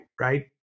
Right